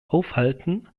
aufhalten